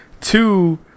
two